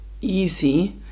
easy